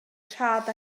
rhad